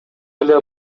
эле